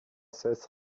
cesse